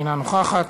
אינה נוכחת,